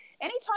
anytime